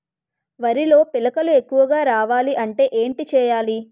వరిలో పిలకలు ఎక్కువుగా రావాలి అంటే ఏంటి చేయాలి?